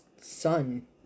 son